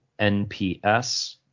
NPS